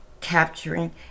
capturing